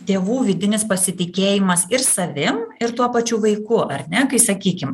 tėvų vidinis pasitikėjimas ir savim ir tuo pačiu vaiku ar ne kai sakykim